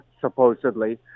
supposedly